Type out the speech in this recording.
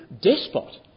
despot